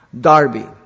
Darby